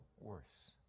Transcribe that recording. worse